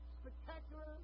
spectacular